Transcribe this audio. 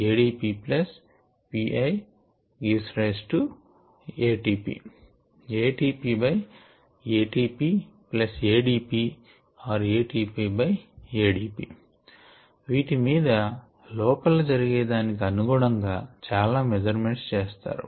ADPPi↔ATP ATPATPADP or ATPADP వీటి మీద లోపల జరిగే దానికి అనుగుణం గా చాలా మెజర్మెంట్స్ చేస్తారు